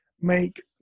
make